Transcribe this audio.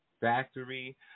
Factory